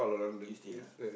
you stay ah